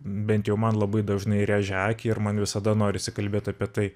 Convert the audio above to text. bent jau man labai dažnai rėžia akį ir man visada norisi kalbėt apie tai